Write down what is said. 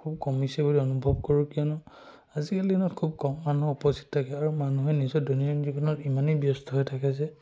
খুব কমিছে বুলি অনুভৱ কৰোঁ কিয়নো আজিকালি দিনত খুব কম মানুহ উপস্থিত থাকে আৰু মানুহে নিজৰ দৈনন্দিন জীৱনত ইমানেই ব্যস্ত হৈ থাকে যে